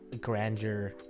grandeur